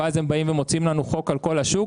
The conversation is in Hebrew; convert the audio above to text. ואז הם באים ומוציאים לנו חוק על כל השוק.